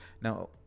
now